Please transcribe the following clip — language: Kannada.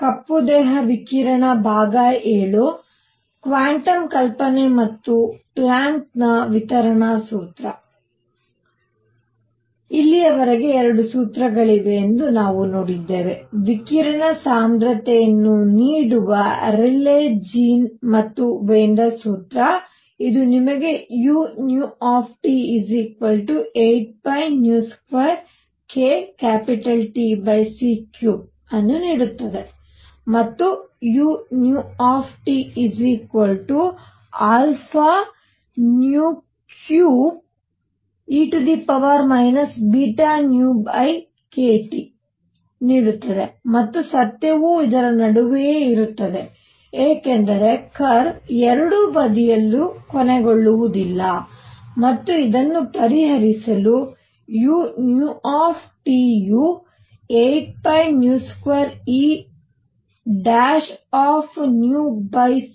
ಕಪ್ಪು ದೇಹ ವಿಕಿರಣ VII ಕ್ವಾಂಟಮ್ ಕಲ್ಪನೆ ಮತ್ತು ಪ್ಲ್ಯಾಂಕ್ ನ ವಿತರಣಾ ಸೂತ್ರ ಇಲ್ಲಿಯವರೆಗೆ 2 ಸೂತ್ರಗಳಿವೆ ಎಂದು ನಾವು ನೋಡಿದ್ದೇವೆ ವಿಕಿರಣ ಸಾಂದ್ರತೆಯನ್ನು ನೀಡುವ ರೇಲೀ ಜೀನ್ ಮತ್ತು ವೀನ್ ರ ಸೂತ್ರ ಇದು ನಿಮಗೆ u 8π2kTc3 ಅನ್ನು ನೀಡುತ್ತದೆ ಮತ್ತು u α3e βνkT ನೀಡುತ್ತದೆ ಮತ್ತು ಸತ್ಯವು ಇದರ ನಡುವೆ ಇರುತ್ತದೆ ಏಕೆಂದರೆ ಕರ್ವ್ ಎರಡು ಬದಿಯಲ್ಲೂ ಕೊನೆಗೊಳ್ಳುವುದಿಲ್ಲ ಮತ್ತು ಇದನ್ನು ಪರಿಹರಿಸಲು u ಯು 8π2Eνc3